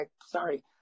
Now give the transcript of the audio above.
sorry